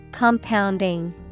Compounding